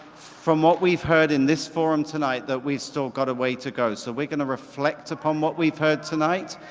from what we've heard in this forum tonight that we've still got a way to go. so we're going to reflect upon what we've heard tonight.